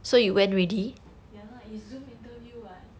ya lah is Zoom interview what